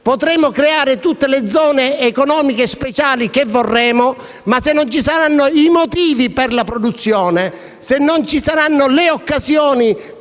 Potremo creare tutte le zone economiche speciali che vorremo, ma se non ci saranno i motivi per la produzione e le occasioni